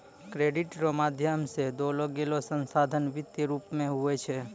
credit रो माध्यम से देलोगेलो संसाधन वित्तीय रूप मे हुवै छै